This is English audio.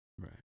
Right